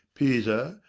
pisa,